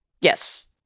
Yes